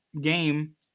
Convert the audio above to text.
game